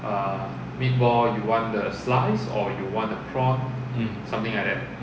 mm mm